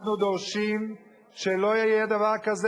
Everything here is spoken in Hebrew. אנחנו דורשים שלא יהיה דבר כזה,